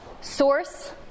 source